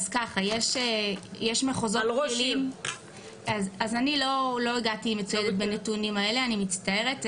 אני לא הגעתי מצויידת בנתונים האלה, אני מצטערת,